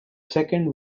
second